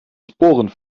sporen